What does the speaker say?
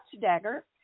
dagger